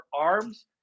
ARMS